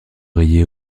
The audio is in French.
rayée